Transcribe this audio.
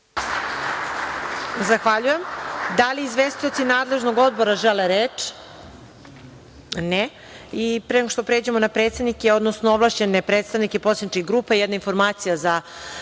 Zahvaljujem. Da li izvestioci nadležnog odbora žele reč? (Ne)Pre nego što pređemo na predsednike, odnosno ovlašćene predstavnike poslaničkih grupa, jedna informacija za